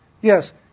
Yes